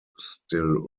still